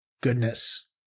goodness